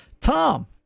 Tom